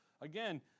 again